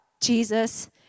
Jesus